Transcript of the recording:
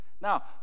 Now